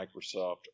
Microsoft